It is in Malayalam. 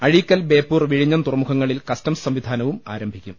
അഴീക്കൽ ബേപ്പൂർ വിഴിഞ്ഞം തുറമുഖങ്ങളിൽ കസ്റ്റംസ് സംവിധാനവും ആരംഭിക്കും